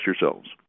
yourselves